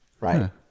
Right